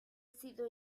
sido